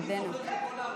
שהוא ישיב על ארבעתן ביחד.